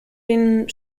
den